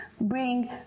bring